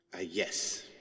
Yes